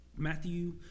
Matthew